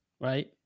right